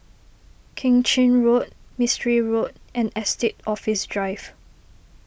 Keng Chin Road Mistri Road and Estate Office Drive